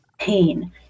pain